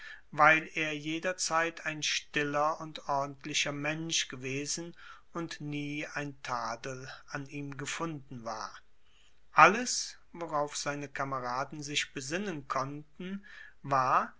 weil er jederzeit ein stiller und ordentlicher mensch gewesen und nie ein tadel an ihm gefunden war alles worauf seine kameraden sich besinnen konnten war